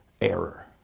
error